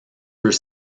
peut